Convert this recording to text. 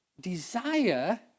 desire